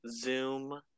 Zoom